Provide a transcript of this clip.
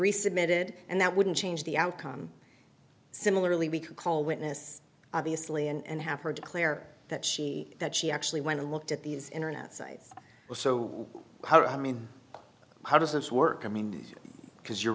resubmitted and that wouldn't change the outcome similarly we could call witness obviously and have her declare that she that she actually went and looked at these internet sites so how do i mean how does this work i mean because you're